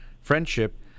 friendship